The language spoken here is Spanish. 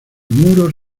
muros